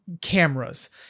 cameras